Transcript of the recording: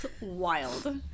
Wild